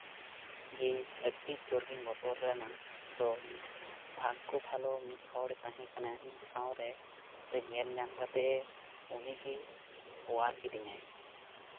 ᱜᱮ ᱟᱹᱰᱤ ᱡᱳᱨᱜᱤᱧ ᱵᱚᱛᱚᱨ ᱞᱮᱱᱟ ᱛᱚ ᱵᱷᱟᱜᱽᱜᱳ ᱵᱷᱟᱞᱚ ᱢᱤᱫ ᱦᱚᱲᱮ ᱛᱟᱦᱮᱸᱠᱟᱱᱟ ᱤᱧ ᱥᱟᱶ ᱨᱮ ᱟᱫᱚ ᱧᱮᱞᱧᱟᱢ ᱠᱟᱛᱮᱫᱼᱮ ᱩᱱᱤ ᱜᱮ ᱚᱣᱟᱨ ᱠᱤᱫᱤᱧᱟᱭ